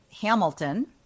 Hamilton